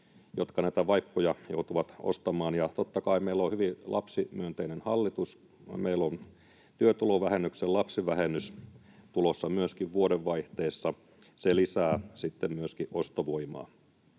jotka näitä vaippoja joutuvat ostamaan. Totta kai meillä on hyvin lapsimyönteinen hallitus. Meillä on työtulovähennyksen lapsivähennys tulossa myöskin vuodenvaihteessa, ja se lisää sitten myöskin ostovoimaa.